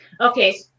Okay